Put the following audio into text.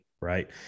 Right